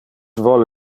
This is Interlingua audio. vole